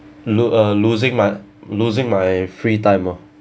lo~ uh losing my losing my free time oh